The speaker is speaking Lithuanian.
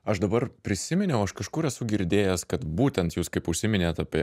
aš dabar prisiminiau aš kažkur esu girdėjęs kad būtent jūs kaip užsiminėt apie